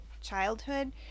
childhood